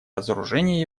разоружения